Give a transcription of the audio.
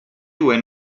due